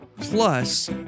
Plus